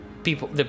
People